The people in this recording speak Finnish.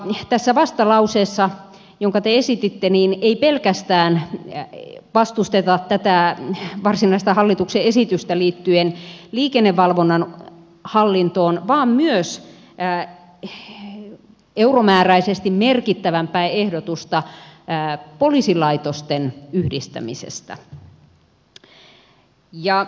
tässä vastalauseessa jonka te esititte ei pelkästään vastusteta tätä varsinaista hallituksen esitystä liittyen liikennevalvonnan hallintoon vaan myös euromääräisesti merkittävämpää ehdotusta poliisilaitosten yhdistämisestä